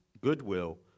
goodwill